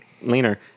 Leaner